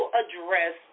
address